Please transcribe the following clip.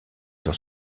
dans